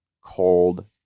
cold